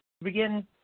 begin